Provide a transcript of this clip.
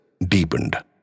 deepened